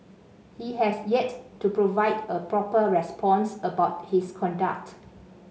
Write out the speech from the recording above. he has yet to provide a proper response about his conduct